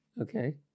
Okay